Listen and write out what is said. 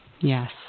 Yes